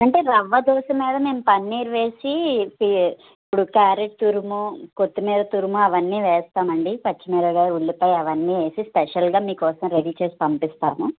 అంటే రవ దోశ మీద మేము పన్నీర్ వేసి ఇప్పుడు క్యారెట్ తురుము కొత్తిమీర తురుము అవన్నీ వేస్తాం అండి పచ్చిమిరకాయ ఉల్లిపాయ అవన్నీ వేసి స్పెషల్గా మీకోసం రెడీ చేసి పంపిస్తాము